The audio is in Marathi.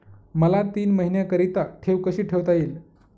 मला तीन महिन्याकरिता ठेव कशी ठेवता येईल?